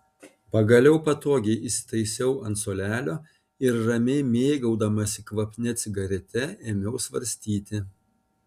pagaliau patogiai įsitaisiau ant suolelio ir ramiai mėgaudamasi kvapnia cigarete ėmiau svarstyti